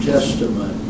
Testament